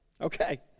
Okay